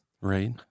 Right